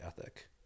ethic